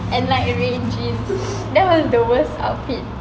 and like red jeans that was the worst outfit